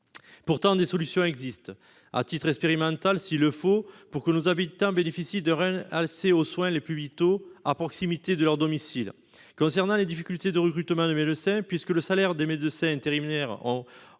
Pourtant, des solutions existent, à titre expérimental s'il le faut, pour que nos habitants bénéficient d'un réel accès aux soins les plus vitaux à proximité de leur domicile. Concernant les difficultés de recrutement des médecins, puisque le salaire des médecins intérimaires